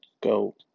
go